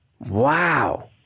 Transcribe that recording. Wow